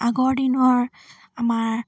আগৰ দিনৰ আমাৰ